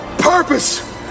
Purpose